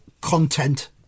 content